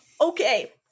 Okay